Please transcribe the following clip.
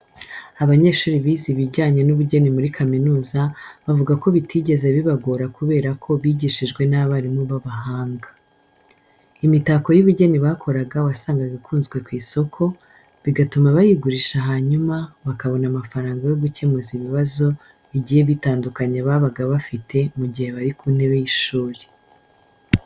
Abanyeshuri bize ibijyanye n'ubugeni muri kaminuza, bavuga ko bitigeze bibagora kubera ko bigishijwe n'abarimu b'abahanga. Imitako y'ubugeni bakoraga wasangaga ikunzwe ku isoko, bigatuma bayigurisha hanyuma bakabona amafaranga yo gukemuza ibibazo bigiye bitandukanye babaga bafite mu gihe bari ku ntebe y'ishuri.